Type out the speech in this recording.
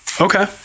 okay